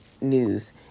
News